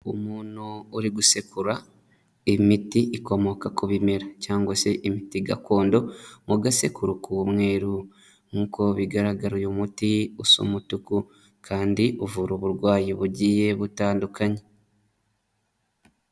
Umuntu uri gusekura imiti ikomoka ku bimera cyangwa se imiti gakondo mu gasekuru k'umweru. Nk'uko bigaragara uyu muti usa umutuku kandi uvura uburwayi bugiye butandukanye.